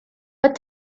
what